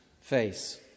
face